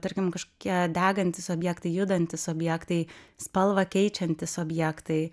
tarkim kažkokie degantys objektai judantys objektai spalvą keičiantys objektai